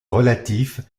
relatifs